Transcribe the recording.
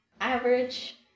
Average